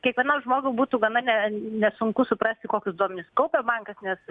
kiekvienam žmogui būtų gana ne nesunku suprasti kokius duomenis kaupia bankas nes